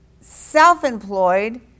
self-employed